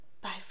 Bye